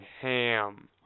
ham